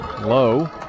Low